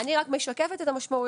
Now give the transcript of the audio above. אני רק משקפת את המשמעויות.